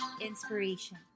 inspiration